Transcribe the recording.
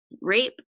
rape